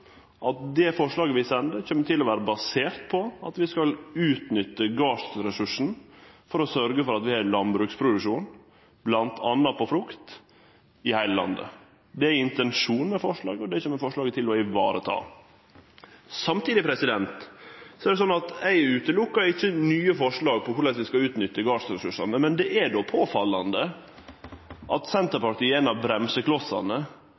at det forslaget vi sender, kjem til å vere basert på at vi skal utnytte gardsressursen for å sørgje for at vi har landbruksproduksjon, m.a. av frukt, i heile landet. Det er intensjonen i forslaget, og det kjem forslaget til å varetake. Samtidig er det sånn at eg ikkje utelèt nye forslag om korleis vi skal utnytte gardsressursane, men det er påfallande at